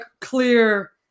clear